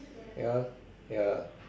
ya ya